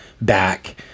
back